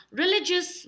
religious